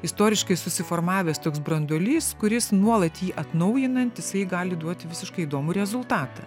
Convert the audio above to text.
istoriškai susiformavęs toks branduolys kuris nuolat jį atnaujinant jisai gali duoti visiškai įdomų rezultatą